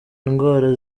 indwara